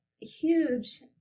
huge